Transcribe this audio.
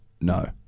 No